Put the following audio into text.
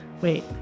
wait